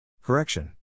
Correction